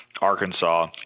Arkansas